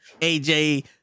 AJ